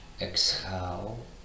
Exhale